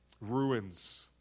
ruins